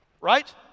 Right